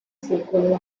secolo